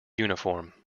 uniform